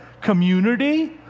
community